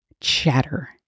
chatter